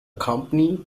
company